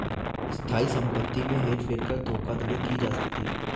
स्थायी संपत्ति में हेर फेर कर धोखाधड़ी की जा सकती है